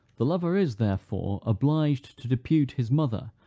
the lover is, therefore, obliged to depute his mother,